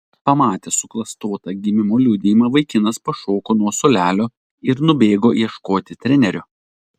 pamatęs suklastotą gimimo liudijimą vaikinas pašoko nuo suolelio ir nubėgo ieškoti trenerio